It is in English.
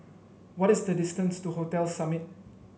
what is the distance to Hotel Summit